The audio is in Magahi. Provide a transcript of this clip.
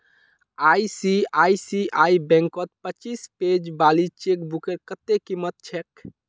आई.सी.आई.सी.आई बैंकत पच्चीस पेज वाली चेकबुकेर कत्ते कीमत छेक